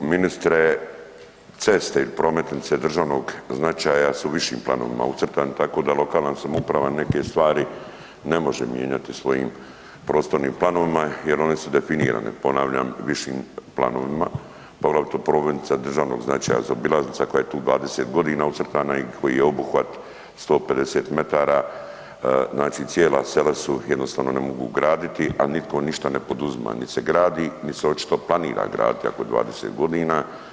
Ministre, ceste i prometnice od državnog značaja su višim planovima ucrtane, tako da lokalna samouprava neke stvari ne može mijenjati svojim prostornim planovima jer oni su definirani, ponavljam, višim planovima, poglavito prometnicama od državnog značaja, zaobilaznica koja je tu 20 g. ucrtana i koji je obuhvat 150 m, znači cijela sela su, jednostavno ne mogu graditi a nitko ništa ne poduzima, nit se gradi, nit se očito planira graditi nakon 20 godina.